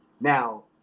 now